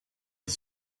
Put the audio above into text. les